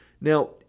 Now